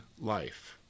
life